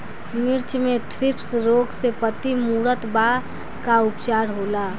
मिर्च मे थ्रिप्स रोग से पत्ती मूरत बा का उपचार होला?